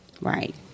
Right